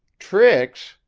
tricks?